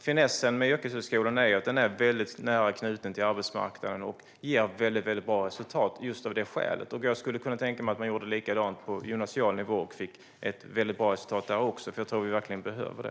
Finessen med yrkeshögskolan är ju att den är nära knuten till arbetsmarknaden och just av det skälet ger väldigt bra resultat. Jag skulle kunna tänka mig att man gjorde likadant på gymnasial nivå. Jag tror att man kan få ett väldigt bra resultat där också, och jag tror att vi verkligen behöver det.